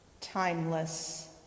timeless